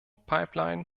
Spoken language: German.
pipeline